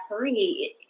three